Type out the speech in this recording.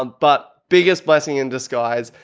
um but biggest blessing in disguise,